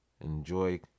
Enjoy